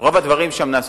רוב הדברים שם נעשו.